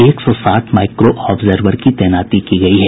एक सौ साठ माइक्रो आव्जर्वर की तैनाती की गयी है